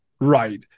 Right